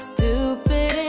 Stupid